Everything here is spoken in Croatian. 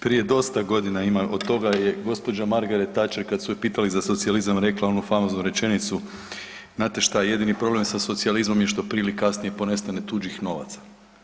Prije dosta godina ima od toga je gđa. Margaret Thatcher kad su je pitali za socijalizam rekla onu famoznu rečenicu, znate šta, jedini problem sa socijalizmom je što prije ili kasnije ponestane tuđih novaca.